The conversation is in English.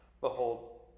behold